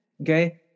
Okay